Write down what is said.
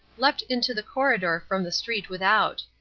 leapt into the corridor from the street without.